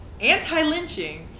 anti-lynching